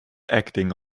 acting